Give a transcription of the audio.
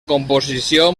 composició